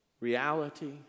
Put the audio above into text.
reality